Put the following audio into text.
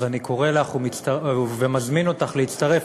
אז אני קורא לך ומזמין אותך להצטרף,